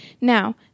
Now